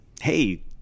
hey